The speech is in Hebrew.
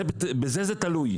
בזה זה תלוי.